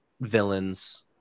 villains